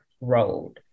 road